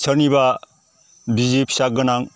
सोरनिबा बिसि फिसा गोनां